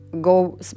go